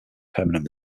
permanent